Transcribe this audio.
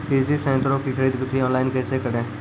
कृषि संयंत्रों की खरीद बिक्री ऑनलाइन कैसे करे?